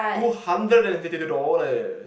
two hundred and fifty dollars